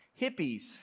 Hippies